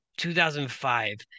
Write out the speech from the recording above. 2005